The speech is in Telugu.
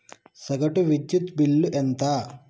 సగటు విద్యుత్ బిల్లు ఎంత?